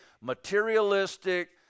materialistic